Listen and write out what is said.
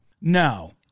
No